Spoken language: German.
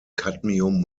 cadmium